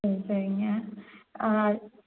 சரி சரிங்க